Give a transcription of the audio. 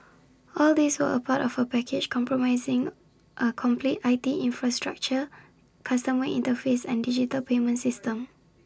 all these were part of A package comprising A complete I T infrastructure customer interface and digital payment system